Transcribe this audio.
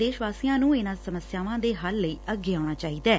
ਦੇਸ਼ ਵਾਸੀਆਂ ਨੂੰ ਇਨੂਾਂ ਸਮਸਿਆਵਾਂ ਦੇ ਹੱਲ ਲਈ ਅੱਗੇ ਆਉਣਾ ਚਾਹੀਦੈ